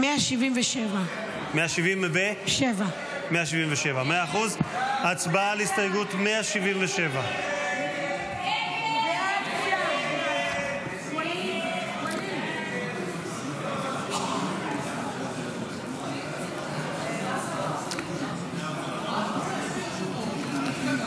177. הצבעה על הסתייגות 177. הסתייגות 177 לא נתקבלה.